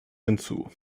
hinzu